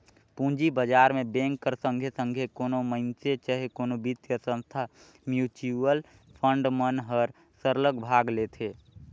पूंजी बजार में बेंक कर संघे संघे कोनो मइनसे चहे कोनो बित्तीय संस्था, म्युचुअल फंड मन हर सरलग भाग लेथे